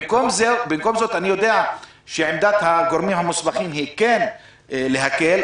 אני יודע שעמדת הגורמים המוסמכים היא כן להקל,